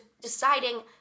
deciding